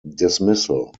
dismissal